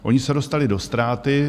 Ony se dostaly do ztráty.